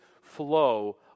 flow